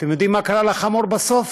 אתם יודעים מה קרה לחמור בסוף?